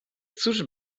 cóż